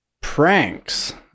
pranks